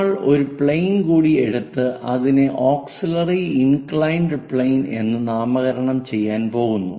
നമ്മൾ ഒരു പ്ലെയിൻ കൂടി എടുത്ത് അതിനെ ഓക്സിലിയറി ഇന്ക്ളയിൻഡ് പ്ലെയിൻ എന്ന് നാമകരണം ചെയ്യാൻ പോകുന്നു